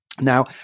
Now